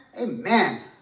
Amen